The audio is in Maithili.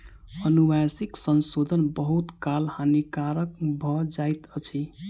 अनुवांशिक संशोधन बहुत काल हानिकारक भ जाइत अछि